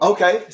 Okay